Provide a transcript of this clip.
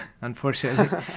unfortunately